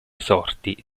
sorti